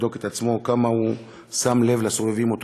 לבדוק את עצמו כמה הוא שם לב לסובבים אותו.